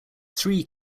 three